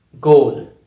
Goal